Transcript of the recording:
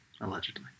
Allegedly